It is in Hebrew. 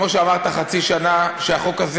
כמו שאמרת: חצי שנה שהחוק הזה,